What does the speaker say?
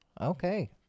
Okay